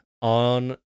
on